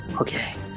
okay